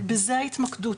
בזה הייתה ההתמקדות.